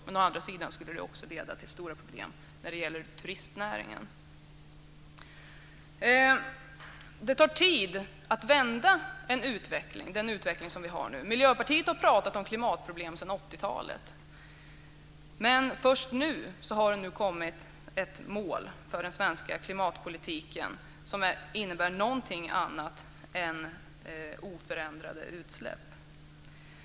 Men det skulle leda till stora problem när det gäller turistnäringen. Det tar tid att vända den utveckling vi har nu. Miljöpartiet har pratat om klimatproblem sedan 80 talet. Först nu har det kommit ett mål för den svenska klimatpolitiken som innebär någonting annat än oförändrade utsläpp.